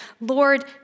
Lord